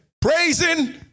praising